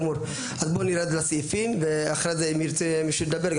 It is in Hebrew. בואו נרד לסעיפים ואחרי זה אם ירצה מישהו לדבר,